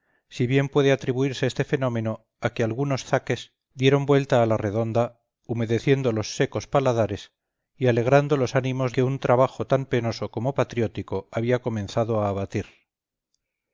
si bien puede atribuirse este fenómeno a que algunos zaques dieron vuelta a la redonda humedeciendo los secos paladares y alegrando los ánimos que un trabajo tan penoso como patriótico había comenzado a abatir